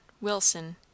Wilson